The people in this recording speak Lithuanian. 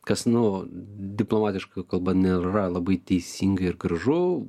kas nu diplomatiška kalba nėra labai teisinga ir gražu